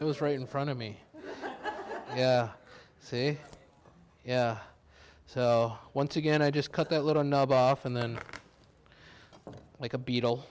it was right in front of me yeah see yeah so once again i just cut that little knob off and then like a beetle